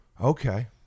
Okay